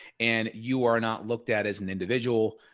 and you are not looked at as an individual.